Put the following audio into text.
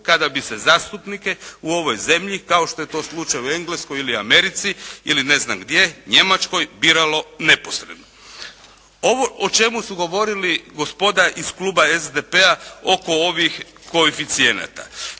kada bi se zastupnike u ovoj zemlji kao što je to slučaj u Engleskoj ili Americi ili ne znam gdje, Njemačkoj biralo neposredno. Ovo o čemu su govorili gospoda iz Kluba SDP-a oko ovih koeficijenata.